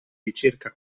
ricerca